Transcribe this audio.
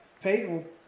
Peyton